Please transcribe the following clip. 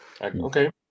Okay